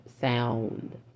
sound